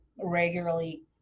regularly